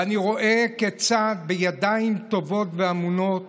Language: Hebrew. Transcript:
ואני רואה כיצד בידיים טובות ואמונות